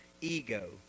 ego